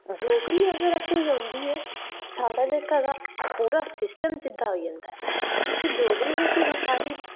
डोगरी अगर असें गी औंदी ऐ साढ़ा जेहका तां पूरा सिस्टम सिद्धा होई जंदा की के डोगरी जेहकी तां साढ़ी